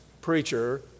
preacher